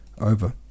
over